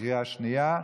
בקריאה שנייה.